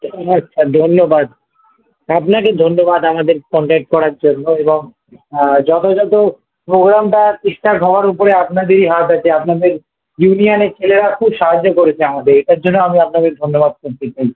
ও আচ্ছা ধন্যবাদ আপনাকে ধন্যবাদ আমাদের কন্ট্যাক করার জন্য এবং যথাযথ পোগ্রামটা ঠিকঠাক হওয়ার ওপরে আপনাদেরই হাত আছে আপনাদের ইউনিয়ানের ছেলেরা খুব সাহায্য করেছে আমাদের এটার জন্য আমি আপনাদের ধন্যবাদ বলতে চাই